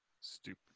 stupid